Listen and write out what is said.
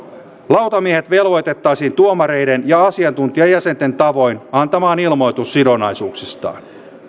lautamiehet velvoitettaisiin tuomareiden ja asiantuntijajäsenten tavoin antamaan ilmoitus sidonnaisuuksistaan